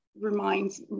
reminds